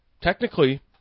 technically